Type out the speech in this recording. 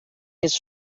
his